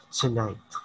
tonight